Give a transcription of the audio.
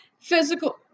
physical